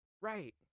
right